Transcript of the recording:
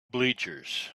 bleachers